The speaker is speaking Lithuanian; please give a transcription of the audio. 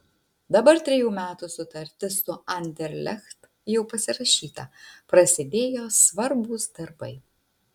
dabar trejų metų sutartis su anderlecht jau pasirašyta prasidėjo svarbūs darbai